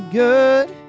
good